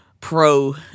Pro